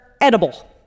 edible